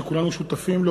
שכולנו שותפים לו,